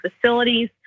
facilities